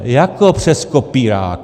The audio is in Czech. Jako přes kopírák.